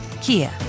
Kia